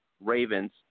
Ravens